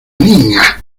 niña